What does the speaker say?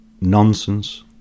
nonsense